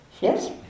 Yes